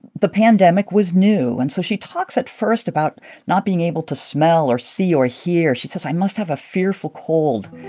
the pandemic was new. and so she talks at first about not being able to smell or see or hear. she says i must have a fearful cold.